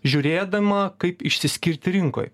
žiūrėdama kaip išsiskirti rinkoj